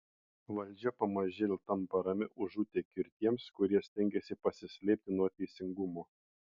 valdžia pamažėl tampa ramiu užutėkiu ir tiems kurie stengiasi pasislėpti nuo teisingumo